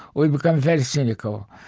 we become very cynical.